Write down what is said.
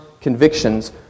convictions